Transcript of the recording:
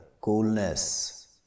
coolness